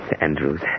Andrews